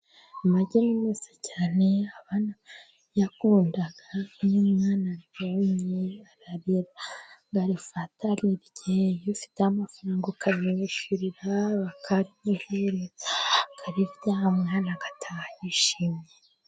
Amagi ni meza cyane abana barayakunda. Nk'iyo umwana aribonye, ararira ngo arifate arirye. Iyo ufite amafaranga ukamwishyurira bakarimuhereza, akarirya umwana ataha yishimye.